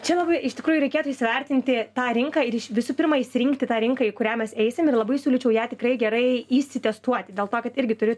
čia labai iš tikrųjų reikėtų įsivertinti tą rinką ir iš visų pirma išsirinkti tą rinką į kurią mes eisim ir labai siūlyčiau ją tikrai gerai išsitestuoti dėl to kad irgi turiu